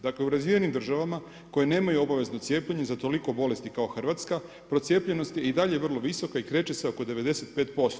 Dakle, u razvijenim državama koje nemaju obavezno cijepljenje, za toliko bolesti kao Hrvatska, procijepljenost je i dalje vrlo visoka i kreće se oko 95%